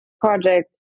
project